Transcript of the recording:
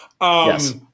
yes